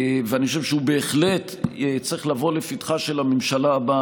ואני חושב שהוא בהחלט צריך לבוא לפתחה של הממשלה הבאה.